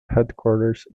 headquarters